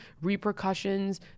repercussions